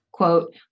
quote